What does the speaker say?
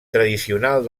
tradicional